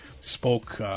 spoke